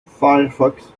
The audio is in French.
firefox